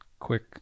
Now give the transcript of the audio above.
quick